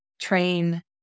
train